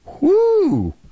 Woo